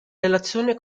relazione